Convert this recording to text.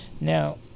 Now